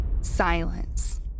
silence